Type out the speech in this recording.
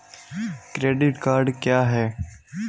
Credit card क्या है?